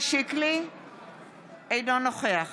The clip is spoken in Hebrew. אינו נוכח